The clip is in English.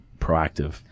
proactive